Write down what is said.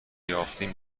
یافتیم